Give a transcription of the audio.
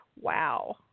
Wow